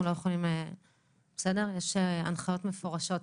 יש הנחיות מפורשות.